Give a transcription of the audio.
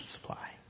supply